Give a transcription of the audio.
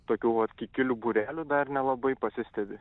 tokių vat kikilių būrelių dar nelabai pasistebi